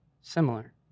similar